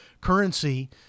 currency